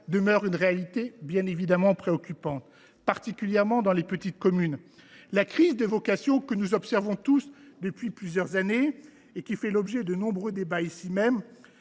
demeure une réalité préoccupante, particulièrement dans nos petites communes. La crise des vocations, que nous observons tous depuis plusieurs années et qui fait l’objet de nombreux débats dans